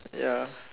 ya